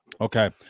Okay